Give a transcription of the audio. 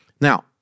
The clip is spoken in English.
Now